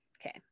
Okay